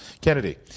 Kennedy